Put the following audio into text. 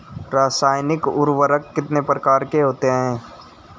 रासायनिक उर्वरक कितने प्रकार के होते हैं?